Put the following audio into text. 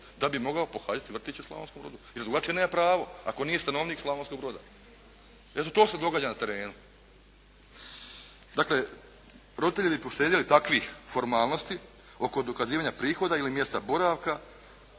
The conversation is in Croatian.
da bi mogao pohađati vrtić u Slavonskom Brodu jer drugačije nema pravo ako nije stanovnik Slavonskog Broda. Eto, to se događa na terenu. Dakle, roditelje bi poštedjeli takvih formalnosti oko dokazivanja prihoda ili mjesta boravka.